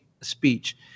speech